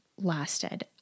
lasted